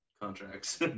Contracts